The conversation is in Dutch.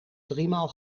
driemaal